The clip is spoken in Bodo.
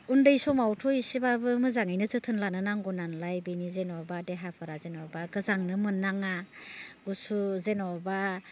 उन्दै समावथ' एसेबाबो मोजाङैनो जोथोन लानो नांगौ नालाय बिनि जेनेबा देहाफोरा जेनेबा गोजांनो मोननाङा गुसु जेनेबा